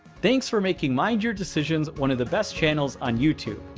thanks for making mind your decisions one of the best channels on youtube.